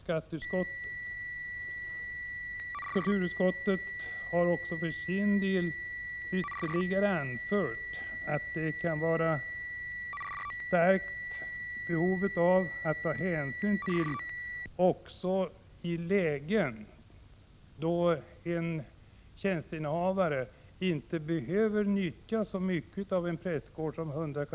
Kulturutskottet anför vidare att det kan finnas starka behov av att beakta detta i lägen då en tjänsteinnehavare inte behöver nyttja så mycket av en prästgård som 100 m?